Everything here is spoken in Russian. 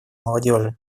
молодежи